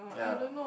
yeah